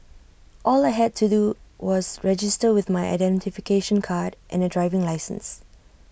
all I had to do was register with my identification card and A driving licence